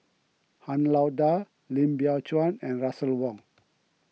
Han Lao Da Lim Biow Chuan and Russel Wong